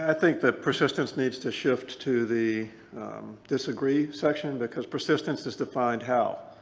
ah think that persistence needs to shift to the disagreed section, because persistence is defined how?